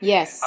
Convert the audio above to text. Yes